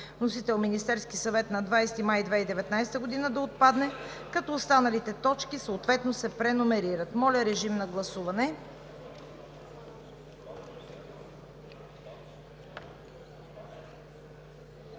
вносител – Министерският съвет, на 20 май 2019 г., да отпадне, като останалите точки съответно се преномерират. Моля, режим на гласуване.